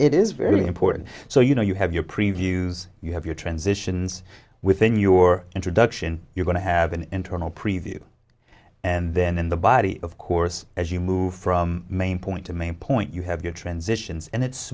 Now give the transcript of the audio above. it is very important so you know you have your previews you have your transitions within your introduction you're going to have an internal preview and then in the body of course as you move from main point to main point you have your transitions and it's